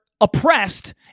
oppressed